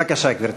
בבקשה, גברתי.